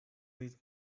his